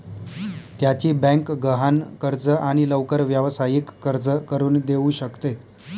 त्याची बँक गहाण कर्ज आणि लवकर व्यावसायिक कर्ज करून देऊ शकते